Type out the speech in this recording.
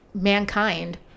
mankind